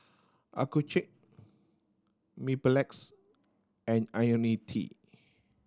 Accucheck Mepilex and Ionil T